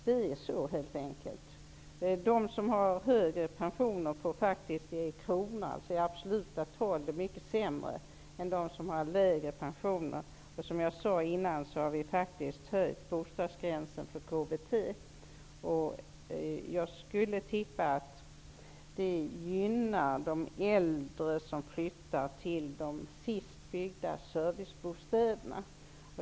Så är det helt enkelt. De som har högre pension får faktiskt i absoluta tal det mycket sämre än de som har lägre pension. Som jag sade tidigare har vi faktiskt höjt gränsen för KBT. Jag skulle tippa att det gynnar de äldre som flyttar till de senast byggda servicebostäderna.